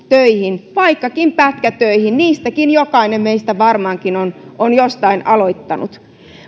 töihin vaikkakin pätkätöihin jokainen meistä varmaankin on on jostain aloittanut